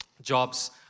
jobs